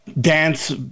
dance